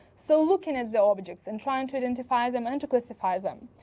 so looking at the objects and trying to identify them and to classify them.